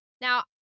Now